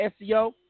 SEO